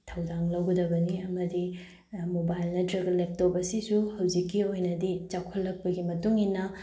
ꯊꯧꯗꯥꯡ ꯂꯧꯒꯗꯕꯅꯤ ꯑꯃꯗꯤ ꯃꯣꯕꯥꯏꯜ ꯅꯠꯇ꯭ꯔꯒ ꯂꯦꯞꯇꯣꯞ ꯑꯁꯤꯁꯨ ꯍꯧꯖꯤꯛꯀꯤ ꯑꯣꯏꯅꯗꯤ ꯆꯥꯎꯈꯠꯂꯛꯄꯒꯤ ꯃꯇꯨꯡ ꯏꯟꯅ